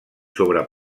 sobre